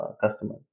customer